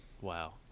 Wow